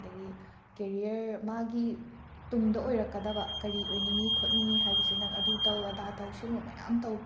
ꯑꯗꯒꯤ ꯀꯦꯔꯤꯌꯔ ꯃꯥꯒꯤ ꯇꯨꯡꯗ ꯑꯣꯏꯔꯛꯀꯗꯕ ꯀꯔꯤ ꯑꯣꯏꯅꯤꯡꯏ ꯈꯣꯠꯅꯤꯡꯏ ꯍꯥꯏꯕꯁꯤ ꯅꯪ ꯑꯗꯨ ꯇꯧ ꯑꯗꯥ ꯇꯧ ꯁꯤꯒꯨꯝꯕ ꯃꯌꯥꯝ ꯇꯧ